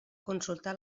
consultar